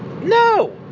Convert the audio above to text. No